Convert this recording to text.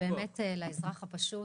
באמת לאזרח הפשוט